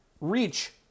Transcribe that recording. reach